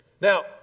Now